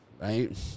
right